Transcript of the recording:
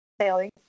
sailing